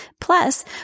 Plus